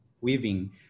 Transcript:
weaving